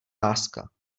láska